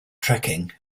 trekking